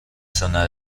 zona